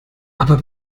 aber